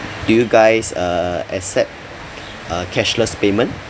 do you guys uh accept uh cashless payment